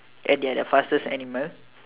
and they are the fastest animal